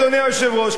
אדוני היושב-ראש.